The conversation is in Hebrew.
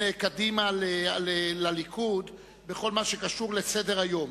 קדימה לליכוד בכל מה שקשור לסדר-היום.